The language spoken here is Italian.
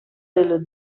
dello